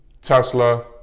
tesla